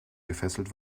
gefesselt